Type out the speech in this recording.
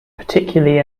particularly